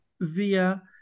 via